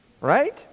right